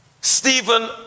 Stephen